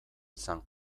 izan